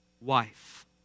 wife